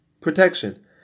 protection